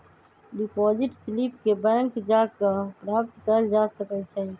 deposit slip के bank जा कऽ प्राप्त कएल जा सकइ छइ